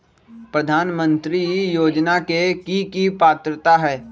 प्रधानमंत्री योजना के की की पात्रता है?